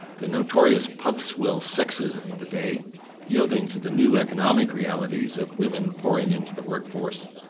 the notorious pub-swill sexism of the day yielding to the new economic realities of women pouring into the workforce,